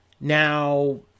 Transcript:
Now